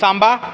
Samba